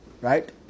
right